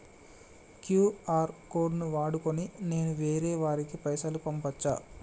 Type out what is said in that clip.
QR code ను వాడుకొని నేను వేరే వారికి పైసలు పంపచ్చా?